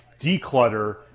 declutter